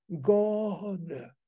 god